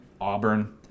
Auburn